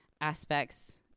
aspects